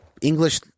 English